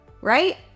right